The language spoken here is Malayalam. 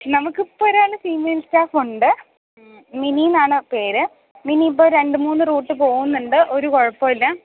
നമുക്കിപ്പൊരാൾ ഫീമെയിൽ സ്റ്റാഫുണ്ടേ മിനി എന്നാണ് പേര് മിനിയിപ്പോൾ രണ്ടു മൂന്ന് റൂട്ട് പോകുന്നുണ്ട് ഒരു കുഴപ്പമില്ല